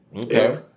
Okay